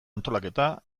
antolaketa